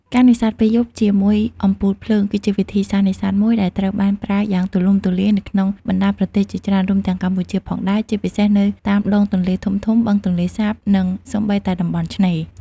ការនេសាទពេលយប់ជាមួយអំពូលភ្លើង គឺជាវិធីសាស្រ្តនេសាទមួយដែលត្រូវបានប្រើយ៉ាងទូលំទូលាយនៅក្នុងបណ្តាប្រទេសជាច្រើន រួមទាំងកម្ពុជាផងដែរ ជាពិសេសនៅតាមដងទន្លេធំៗ បឹងទន្លេសាប និងសូម្បីតែតំបន់ឆ្នេរ។។